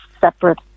separate